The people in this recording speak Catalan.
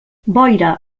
boira